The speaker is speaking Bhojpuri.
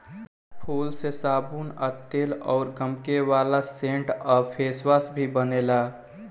फूल से साबुन आ तेल अउर गमके वाला सेंट आ फेसवाश भी बनेला